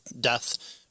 death